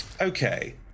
Okay